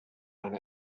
and